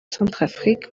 centrafrique